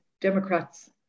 Democrats